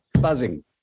buzzing